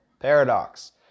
Paradox